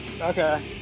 Okay